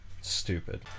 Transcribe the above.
Stupid